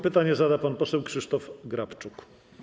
Pytanie zada pan poseł Krzysztof Grabczuk.